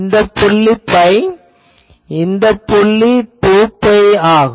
இந்த புள்ளி பை இந்த புள்ளி 2 பை ஆகும்